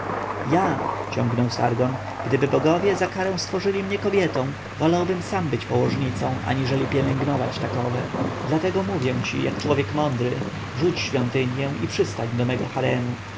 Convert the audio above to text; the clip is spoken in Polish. ja ciągnął sargon gdyby bogowie za karę stworzyli mnie kobietą wolałbym sam być położnicą aniżeli pielęgnować takowe dlatego mówię ci jak człowiek mądry rzuć świątynię i przystań do mego haremu